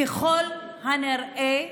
ככל הנראה